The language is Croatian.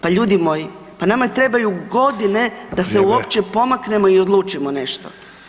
Pa ljudi moji, pa nama trebaju godine da se uopće pomaknemo i odlučimo nešto.